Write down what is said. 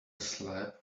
slab